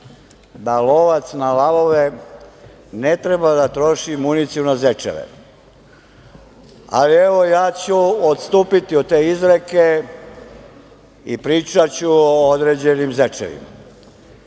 da lovac na lavove ne treba da troši municiju na zečeve. Ali, evo, ja ću odstupiti od te izreke i pričaću o određenim zečevima. Juče